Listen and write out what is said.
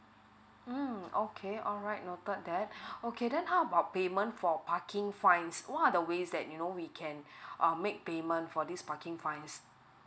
mm okay alright noted that okay then how about payment for parking fines what are the ways you know we can err make payment for this parking fines